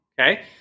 Okay